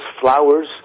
flowers